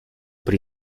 при